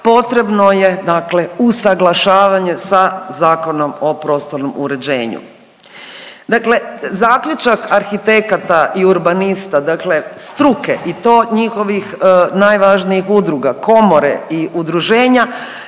potrebno je dakle usaglašavanje sa Zakonom o prostornom uređenju. Dakle, zaključak arhitekata i urbanista dakle struke i to njihovih najvažnijih udruga, komore i udruženja